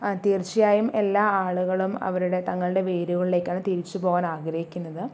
ആ തീർച്ചയായും എല്ലാ ആളുകളും അവരുടെ തങ്ങളുടെ വേരുകളിലേക്കാണ് തിരിച്ചു പോകാൻ ആഗ്രഹിക്കുന്നത്